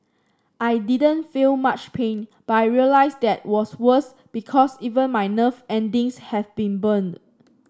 I didn't feel much pain but I realised that was worse because even my nerve endings have been burned